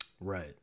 Right